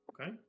Okay